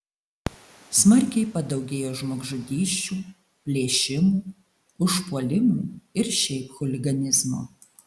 smarkiai padaugėjo žmogžudysčių plėšimų užpuolimų ir šiaip chuliganizmo